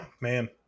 man